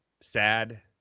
sad